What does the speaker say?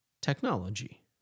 technology